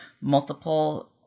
multiple